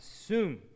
assume